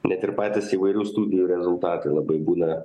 net ir patys įvairių studijų rezultatai labai būna